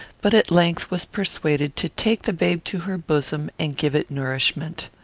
but at length was persuaded to take the babe to her bosom and give it nourishment.